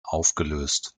aufgelöst